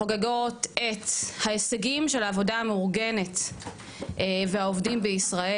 חוגגות את ההישגים של העבודה המאורגנת והעובדים בישראל.